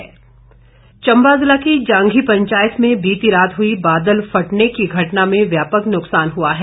बादल फटा चंबा ज़िला की जांधी पंचायत में बीती रात हुई बादल फटने की घटना में व्यापक नुकसान हुआ है